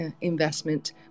investment